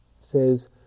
says